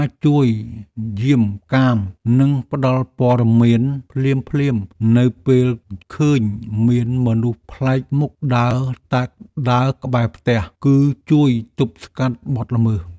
ការជួយយាមកាមនិងផ្តល់ព័ត៌មានភ្លាមៗនៅពេលឃើញមានមនុស្សប្លែកមុខដើរក្បែរផ្ទះ គឺជួយទប់ស្កាត់បទល្មើស។